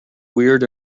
weird